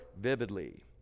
vividly